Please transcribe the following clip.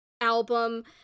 album